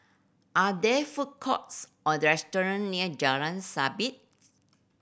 are there food courts or restaurant near Jalan Sabit